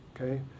Okay